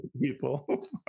people